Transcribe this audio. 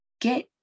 get